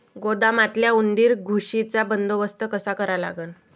गोदामातल्या उंदीर, घुशीचा बंदोबस्त कसा करा लागन?